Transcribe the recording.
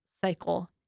cycle